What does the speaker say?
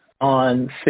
on